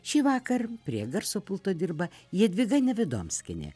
šįvakar prie garso pulto dirba jadvyga nevidomskienė